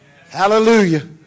Hallelujah